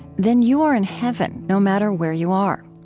then you are in heaven no matter where you are.